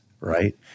right